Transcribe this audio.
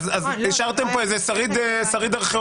השארתם כאן איזה שריד ארכיאולוגי.